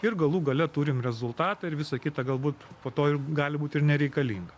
ir galų gale turim rezultatą ir visa kita galbūt po to gali būt ir nereikalinga